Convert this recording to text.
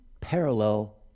parallel